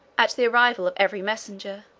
at the arrival of every messenger.